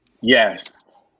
Yes